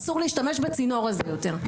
אסור להשתמש בצינור הזה יותר.